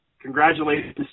Congratulations